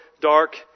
dark